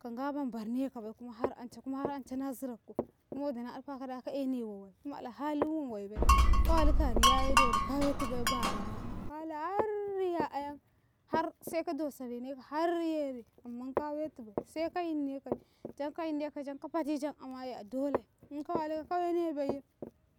Kanga man barne kabai kuma harance, kuma har ance na zurakko kuma wodi na ɗafakada ka ene wowai kuma alhalin wowoibai ka walikka a riyaye dowodi ka wetu bai barema an kala harriya ayan har seka dosarenaka har yare amman kawetubai seka yinnekai janka yinnekai janka fati jan amaye a dole in kawalika ka wenebaiye